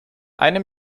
einem